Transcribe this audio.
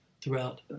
throughout